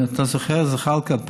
אתה זוכר, זחאלקה?